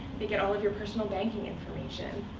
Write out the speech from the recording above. they get all of your personal banking information,